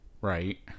right